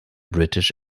british